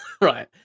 right